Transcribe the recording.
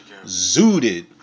zooted